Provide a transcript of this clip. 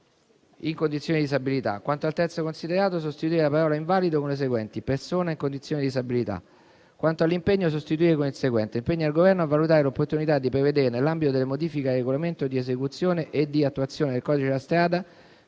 «in condizione di disabilità»; quanto al terzo considerato, sostituire la parola «invalido» con le seguenti: «persona in condizioni di disabilità»; quanto all'impegno, sostituire con il seguente: «impegna il Governo a valutare l'opportunità di prevedere, nell'ambito delle modifiche al regolamento di esecuzione e di attuazione del codice della strada,